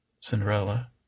Cinderella